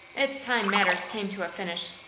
it's time matters came to a finish.